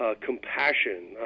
Compassion